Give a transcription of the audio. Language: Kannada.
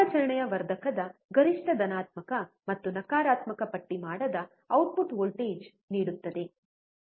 ಕಾರ್ಯಾಚರಣೆಯ ವರ್ಧಕದ ಗರಿಷ್ಠ ಧನಾತ್ಮಕ ಮತ್ತು ನಕಾರಾತ್ಮಕ ಪಟ್ಟಿ ಮಾಡದ ಔಟ್ಪುಟ್ ವೋಲ್ಟೇಜ್ ನೀಡುತ್ತದೆ